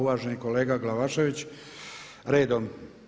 Uvaženi kolega Glavašević, redom.